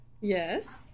Yes